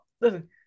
Listen